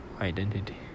identity